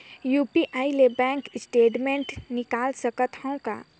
UPI ले bank statement निकाल सकत हवं का?